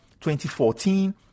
2014